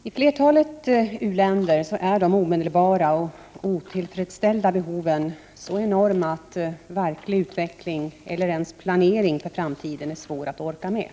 Fru talman! I flertalet u-länder är de omedelbara och otillfredställda behoven så enorma att verklig utveckling eller ens planering för framtiden är svår att orka med.